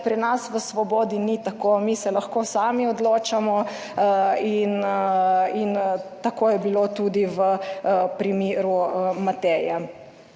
pri nas v Svobodi ni tako. Mi se lahko sami odločamo in tako je bilo tudi v primeru Mateja.